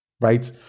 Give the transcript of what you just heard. Right